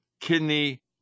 kidney